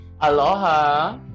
Aloha